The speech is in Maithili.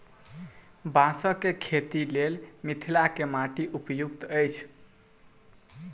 बाँसक खेतीक लेल मिथिलाक माटि उपयुक्त अछि